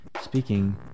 speaking